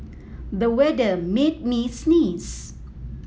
the weather made me sneeze